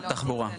בתחבורה?